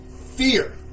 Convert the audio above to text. fear